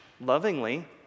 lovingly